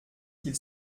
qu’il